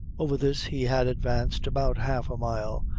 over this he had advanced about half a mile,